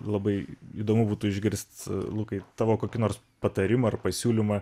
labai įdomu būtų išgirst lukai tavo kokį nors patarimą ar pasiūlymą